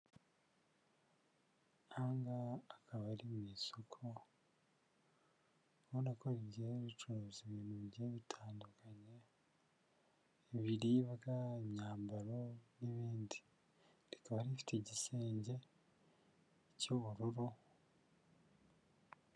Aha ngaha akaba ari mu isoko ubona ko rigiye ricuruza ibintu bigiye bitandukanye ibiribwa, imyambaro n'ibindi rikaba rifite igisenge cy'ubururu.